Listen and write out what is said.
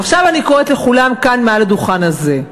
ועכשיו אני קוראת לכולם, כאן, מעל הדוכן הזה,